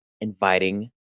inviting